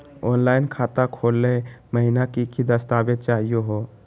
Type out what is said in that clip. Online खाता खोलै महिना की की दस्तावेज चाहीयो हो?